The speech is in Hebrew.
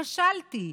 כשלתי,